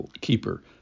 keeper